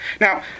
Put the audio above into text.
Now